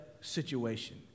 situation